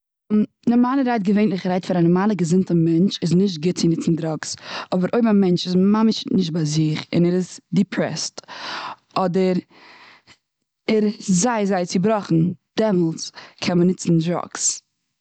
נ- נארמאלערהייט, געווענליכערהייט, פאר א נארמאלע געזונטע מענטש איז נישט גוט צו ניצן דראגס. אבער אויב א מענטש איז ממש נישט ביי זיך און ער איז דיפרעסט, אדער ער איז זייער זייער צובראכן דעמאלץ קען מען ניצן דראגס